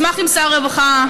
אשמח אם שר הרווחה,